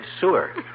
sewer